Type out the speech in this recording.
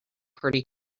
pretty